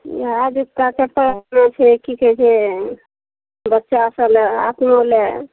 इहए जूता चप्पल लेना छै की कहै छै बच्चा सब लऽ अपनो लए